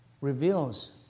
reveals